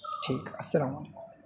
ٹھیک ہے السلام علیکم